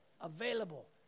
available